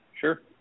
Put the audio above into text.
sure